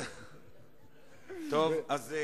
אני